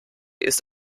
ist